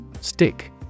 Stick